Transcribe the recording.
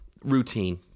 routine